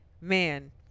man